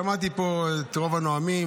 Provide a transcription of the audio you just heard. שמעתי פה את רוב הנואמים,